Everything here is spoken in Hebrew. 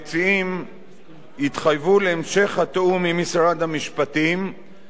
התיאום עם משרד המשפטים והמשרד לשירותי דת.